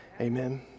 amen